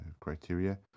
criteria